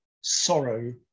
sorrow